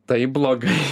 taip blogai